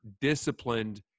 disciplined